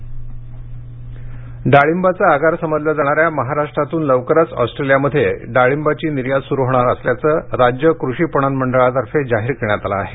डाळिंब निर्यात डाळिंबाचं आगार समजल्या जाणाऱ्या महाराष्ट्रातून लवकरच ऑस्ट्रेलियामध्ये डाळिंबाची निर्यात सुरु होणार असल्याचं राज्य कृषी पणन मंडळातर्फे जाहीर करण्यात आलं आहे